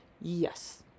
Yes